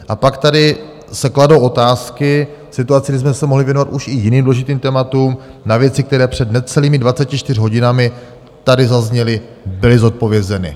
A pak tady se kladou otázky v situaci, kdy jsme se mohli věnovat už i jiným důležitým tématům, na věci, které před necelými 24 hodinami tady zazněly a byly zodpovězeny.